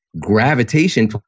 gravitation